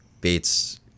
Bates